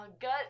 Gut